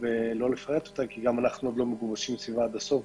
כי איננו מגובשים סביבה עד הסוף,